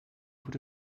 would